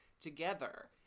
Together